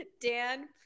Dan